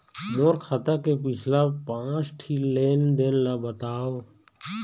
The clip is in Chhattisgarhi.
मोर खाता के पिछला पांच ठी लेन देन ला बताव?